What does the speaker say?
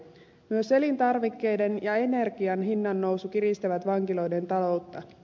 myös elintarvikkeiden ja energian hintojen nousu kiristää vankiloiden taloutta